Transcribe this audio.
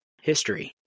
history